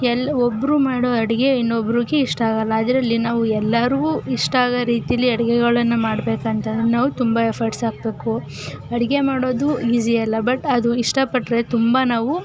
ಎಲ್ಲಿ ಒಬ್ಬರು ಮಾಡೋ ಅಡುಗೆ ಇನ್ನೊಬ್ಬರಿಗೆ ಇಷ್ಟ ಆಗಲ್ಲ ಅದರಲ್ಲಿ ನಾವು ಎಲ್ಲರ್ಗೂ ಇಷ್ಟ ಆಗೋ ರೀತಿಯಲ್ಲಿ ಅಡುಗೆಗಳನ್ನ ಮಾಡಬೇಕಂತಂದ್ರೆ ನಾವು ತುಂಬ ಎಫರ್ಟ್ಸ್ ಹಾಕ್ಬೇಕು ಅಡುಗೆ ಮಾಡೋದು ಈಸಿಯಲ್ಲ ಬಟ್ ಅದು ಇಷ್ಟಪಟ್ಟರೆ ತುಂಬ ನಾವು